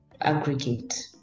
aggregate